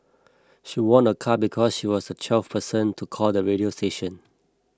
she won a car because she was the twelfth person to call the radio station